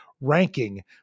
ranking